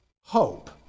hope